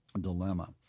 dilemma